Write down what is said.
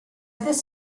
this